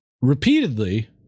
repeatedly